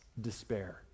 despair